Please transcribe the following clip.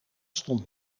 stond